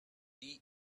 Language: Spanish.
die